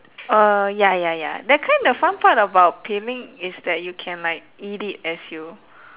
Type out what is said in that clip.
uh ya ya ya that kind the fun part about peeling is that you can like eat it as you